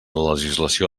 legislació